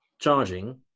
charging